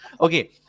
Okay